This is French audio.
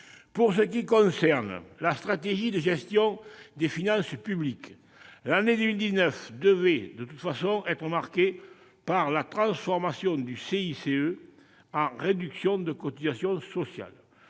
Pour ce qui concerne la stratégie de gestion des finances publiques, l'année 2019 devait de toute façon être marquée par la transformation du CICE en réduction de cotisations sociales.